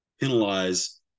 penalize